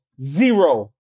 zero